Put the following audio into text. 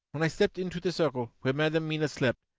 when i stepped into the circle where madam mina slept,